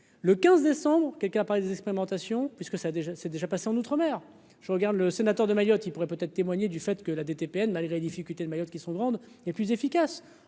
le 15 décembre quelqu'un parler des expérimentations puisque ça déjà c'est déjà passé en outre-mer, je regarde le sénateur de Mayotte, il pourrait peut-être témoigner du fait que la DTP malgré les difficultés de Mayotte, qui sont grandes et plus efficace